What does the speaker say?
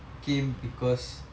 came because